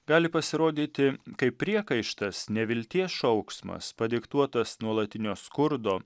gali pasirodyti kaip priekaištas nevilties šauksmas padiktuotas nuolatinio skurdo